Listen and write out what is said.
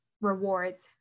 rewards